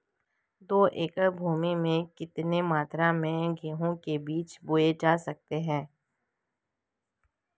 दो एकड़ भूमि में कितनी मात्रा में गेहूँ के बीज बोये जा सकते हैं?